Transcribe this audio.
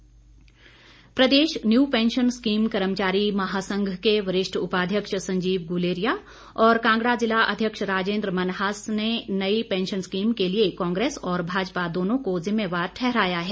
new pension प्रदेश new pension scheme कर्मचारी महासंघ के वरिष्ठ उपाध्यक्ष संजीव गुलेरिया और कांगड़ा जिला अध्यक्ष राजेंद्र मन्हास ने नई पेंशन स्कीम के लिए कांग्रेस और भाजपा दोनों को जिम्मेवार ठहराया है